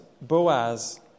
Boaz